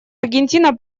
аргентина